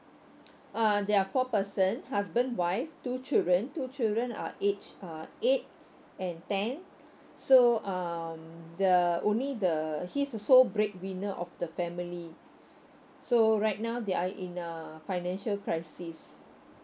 uh there are four person husband wife two children two children are aged uh eight and ten so um the only the he's the sole breadwinner of the family so right now they are in a financial crisis